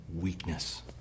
weakness